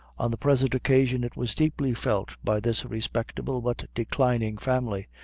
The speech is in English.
on the present occasion it was deeply felt by this respectable but declining family,